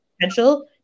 potential